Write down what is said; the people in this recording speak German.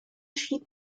schied